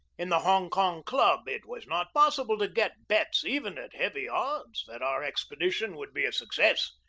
in the hong kong club it was not possible to get bets, even at heavy odds, that our expedition would be a success,